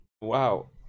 Wow